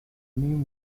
name